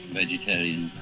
vegetarian